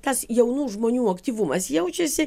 tas jaunų žmonių aktyvumas jaučiasi